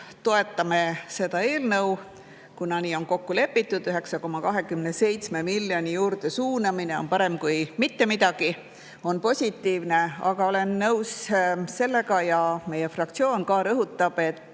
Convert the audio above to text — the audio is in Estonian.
toetame seda eelnõu, kuna nii on kokku lepitud, ja 9,27 miljoni juurde suunamine on parem kui mitte midagi, see on positiivne. Aga olen nõus sellega ja meie fraktsioon rõhutab